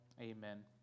amen